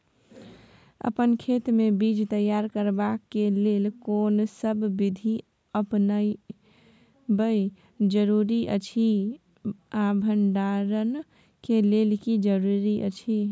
अपन खेत मे बीज तैयार करबाक के लेल कोनसब बीधी अपनाबैक जरूरी अछि आ भंडारण के लेल की जरूरी अछि?